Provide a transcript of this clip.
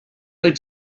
like